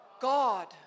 God